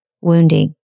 wounding